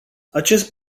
acest